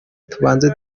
tubanze